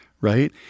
right